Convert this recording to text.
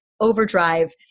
overdrive